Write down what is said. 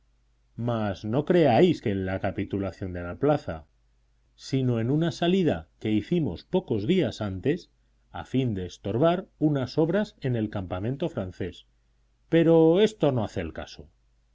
mas no creáis que en la capitulación de la plaza sino en una salida que hicimos pocos días antes a fin de estorbar unas obras en el campamento francés pero esto no hace al caso